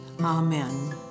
Amen